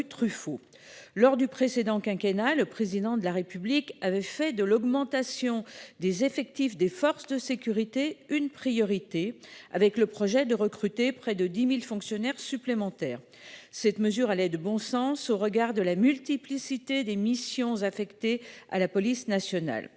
lors du précédent quinquennat, le président de la République avait fait de l'augmentation des effectifs des forces de sécurité, une priorité. Avec le projet de recruter près de 10.000 fonctionnaires supplémentaires. Cette mesure allait de bon sens au regard de la multiplicité des missions affecté à la police nationale.